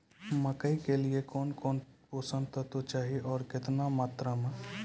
मकई के लिए कौन कौन पोसक तत्व चाहिए आरु केतना मात्रा मे?